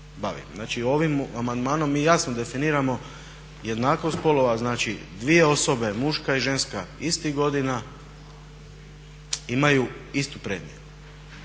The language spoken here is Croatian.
Znači ovim amandmanom mi jasno definiramo jednakost spolova. Znači dvije osobe, muška i ženska, istih godina, imaju istu premiju.